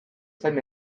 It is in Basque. zain